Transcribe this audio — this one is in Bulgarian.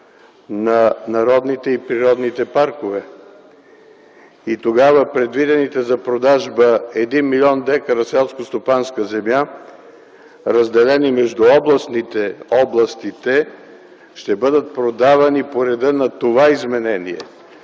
на народните и природните паркове. Тогава предвидените за продажба един милион декара селскостопанска земя, разделени между областите, ще бъдат продавани по реда на това изменение,